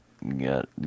Got